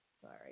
Sorry